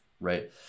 Right